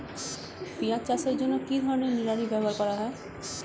পিঁয়াজ চাষের জন্য কি ধরনের নিড়ানি ব্যবহার করা হয়?